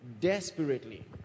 desperately